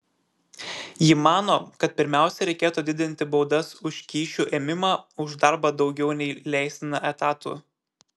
ji mano kad pirmiausia reikėtų didinti baudas už kyšių ėmimą už darbą daugiau nei leistina etatų